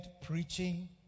preaching